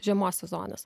žiemos sezonas